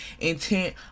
intent